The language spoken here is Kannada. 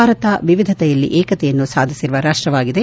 ಭಾರತ ವಿವಿಧತೆಯಲ್ಲಿ ಏಕತೆಯನ್ನು ಸಾಧಿಸಿರುವ ರಾಷ್ಷವಾಗಿದೆ